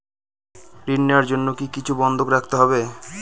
ঋণ নেওয়ার জন্য কি কিছু বন্ধক রাখতে হবে?